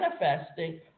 manifesting